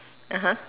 (uh huh)